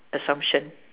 assumption